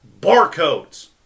barcodes